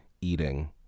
eating